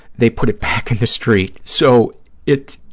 they put it back in the street, so it,